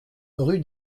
rue